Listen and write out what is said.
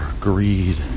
greed